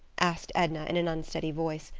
asked edna in an unsteady voice,